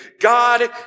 God